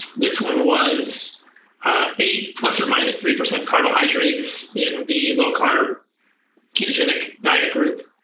this one was eight plus or minus three percent carbohydrates in the low carb ketogenic diet group,